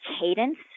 cadence